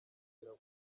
kugira